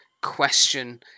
question